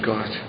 God